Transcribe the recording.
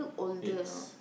it's